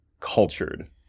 cultured